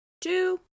two